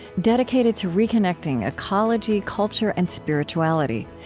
dedicated to reconnecting ecology, culture, and spirituality.